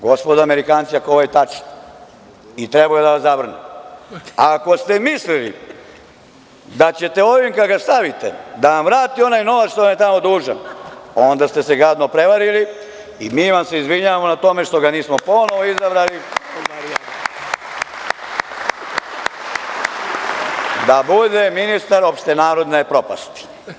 Gospodo Amerikanci, ako je ovo tačno i trebao je da vas zavrne, a ako ste mislili da ćete ako ga ovde stavite da vam vrati onaj novac što vam je tamo dužan, onda ste se gadno prevarili i mi vam se izvinjavamo na tome što ga nismo ponovo izabrali da bude ministar opšte narodne propasti.